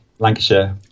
Lancashire